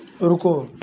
रुको